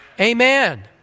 Amen